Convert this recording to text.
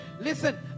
Listen